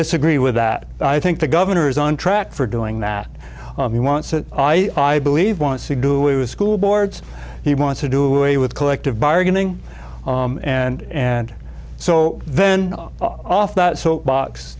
disagree with that i think the governor is on track for doing that he wants to i i believe wants to do with school boards he wants to do away with collective bargaining and and so then off that so box